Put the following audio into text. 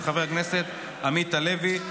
של חבר הכנסת עמית הלוי.